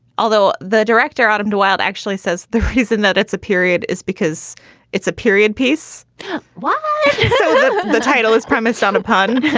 although the director, autumn de wilde, actually says the reason that it's a period is because it's a period piece what the title is premised on upon.